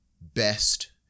best